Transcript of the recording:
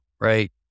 Right